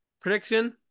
prediction